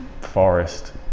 forest